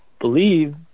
believe